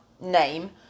name